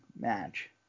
match